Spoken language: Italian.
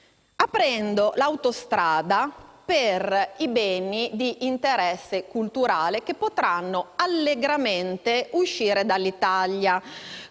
aprendo l'autostrada per i beni di interesse culturale, che potranno allegramente uscire dall'Italia,